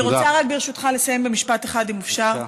אני רוצה, ברשותך, לסיים במשפט אחד, אם אפשר.